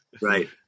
Right